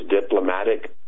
diplomatic